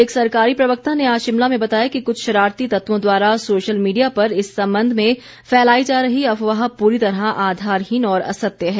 एक सरकारी प्रवक्ता ने आज शिमला में बताया कि कुछ शरारती तत्वों द्वारा सोशल मीडिया पर इस संबंध में फैलाई जा रही अफवाह पूरी तरह आधारहीन और असत्य है